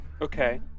Okay